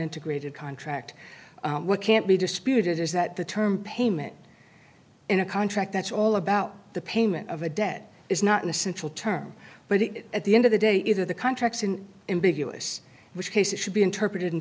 integrated contract what can't be disputed is that the term payment in a contract that's all about the payment of a debt is not an essential term but at the end of the day either the contracts in ambiguous which case it should be interpreted in